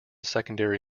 secondary